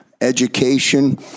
education